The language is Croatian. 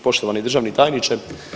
Poštovani državni tajniče.